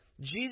Jesus